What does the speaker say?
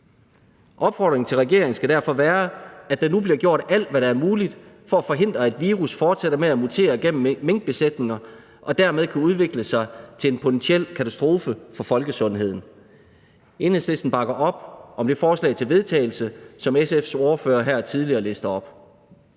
Opfordringen til regeringen skal derfor være, at der nu bliver gjort alt, hvad der er muligt for at forhindre, at virus fortsætter med at mutere gennem minkbesætninger og dermed kan udvikle sig til en potentiel katastrofe for folkesundheden. Enhedslisten bakker op om det forslag til vedtagelse, som SF's ordfører her tidligere læste op.